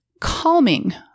calming